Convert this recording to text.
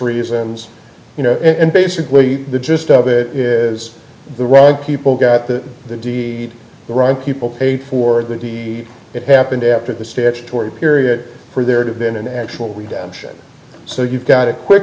reasons you know and basically the gist of it is the rug people got the deed the right people pay for that the it happened after the statutory period for there to been an actual redemption so you got a quick